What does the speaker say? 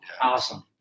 Awesome